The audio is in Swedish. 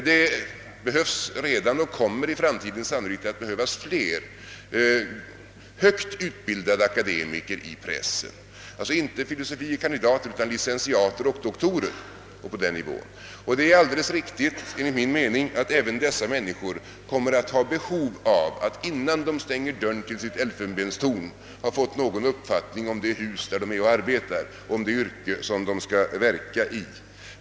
Redan nu behövs det många — och kommer i framtiden sannolikt att behövas ännu fler — högt utbildade akademiker i pressen, inte filosofie kandidater utan på nivån licentiater och doktorer. Det är enligt min mening alldeles riktigt att även dessa personer kommer att ha behov av en orientering om det hus där de arbetar och det yrke de skall verka i, innan de stänger dörren till sitt elfenbenstorn.